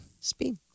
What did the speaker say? Speed